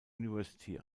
university